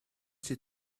she